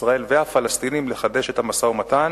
ישראל והפלסטינים, לחדש את המשא-ומתן